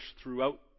throughout